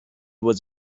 was